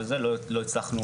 לא הצלחנו